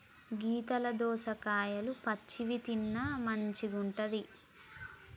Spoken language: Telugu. గీతల దోసకాయలు పచ్చివి తిన్న మంచిగుంటది